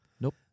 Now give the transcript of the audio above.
nope